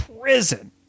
prison